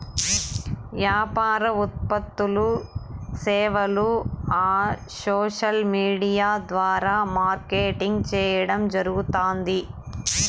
యాపార ఉత్పత్తులూ, సేవలూ ఆ సోసల్ విూడియా ద్వారా మార్కెటింగ్ చేయడం జరగుతాంది